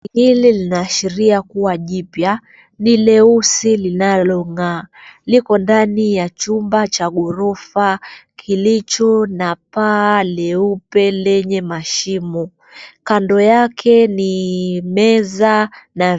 Gari hili linaashiria kua jipya ni leusi linalong'aa liko ndani ya chumba cha ghorofa kilicho na paa nyeupe lenye mashimo kando yake ni meza.